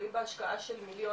לולים בהשקעה של מיליונים.